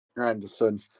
Anderson